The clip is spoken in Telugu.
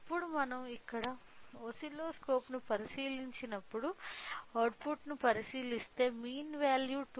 ఇప్పుడు మనం ఇక్కడ ఓసిల్లోస్కోప్ను పరిశీలిస్తున్నప్పుడు అవుట్పుట్ను పరిశీలిస్తే మీన్ వేల్యూ 2